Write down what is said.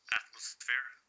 atmosphere